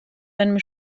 einem